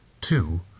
Two